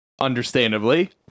understandably